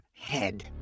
head